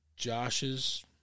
Josh's